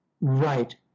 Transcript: Right